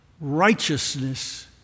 righteousness